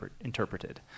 interpreted